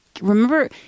remember